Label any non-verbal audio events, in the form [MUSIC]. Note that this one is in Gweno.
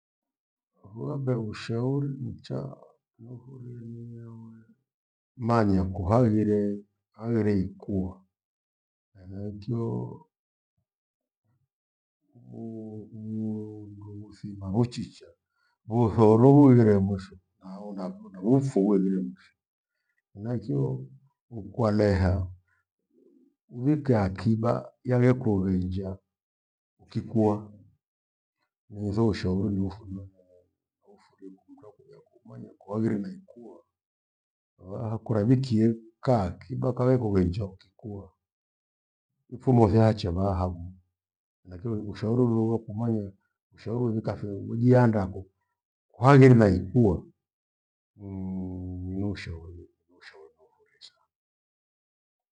Wape ushauri mchaa, niufurie minyaule, manya kuhagire haghire ikuwa. Henaicho muundu muthima wochicha mbutho hulughughire mosho naona kunauthu uwighire mcha. Henachio ukwaleha uwike akibaa, yaghekughenja ukikua netho ushauri nilefumanya niufurie kumka kuwia kumanya kuhaghire naikuwa. Vaha kuravikie khaa akiba kawe kughenja ukikua. Mfumo usiache vaha mnu na kilo ukishauri uroro kumanya ushauri uvika fia ujiandaa kwaaghire nahiyo ikua [HESITATION] niushauri navaurecha.